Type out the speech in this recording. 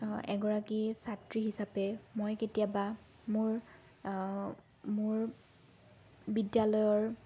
এগৰাকী ছাত্ৰী হিচাপে মই কেতিয়াবা মোৰ মোৰ বিদ্যালয়ৰ